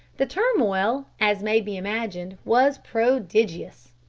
the turmoil, as may be imagined, was prodigious!